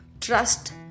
trust